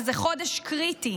וזה חודש קריטי.